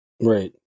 right